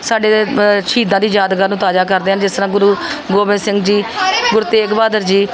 ਸਾਡੇ ਸ਼ਹੀਦਾਂ ਦੀ ਯਾਦਗਾਰ ਨੂੰ ਤਾਜ਼ਾ ਕਰਦੇ ਹਨ ਜਿਸ ਤਰ੍ਹਾਂ ਗੁਰੂ ਗੋਬਿੰਦ ਸਿੰਘ ਜੀ ਗੁਰੂ ਤੇਗ ਬਹਾਦਰ ਜੀ